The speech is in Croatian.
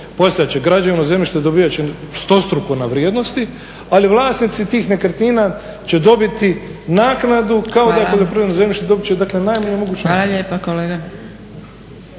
postat će građevno zemljište dobivat će stostruko na vrijednosti, ali vlasnici tih nekretnina će dobiti naknadu kao i poljoprivredno zemljište dobit će najmanju